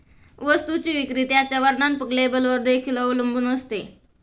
वस्तूची विक्री त्याच्या वर्णात्मक लेबलवर देखील अवलंबून असते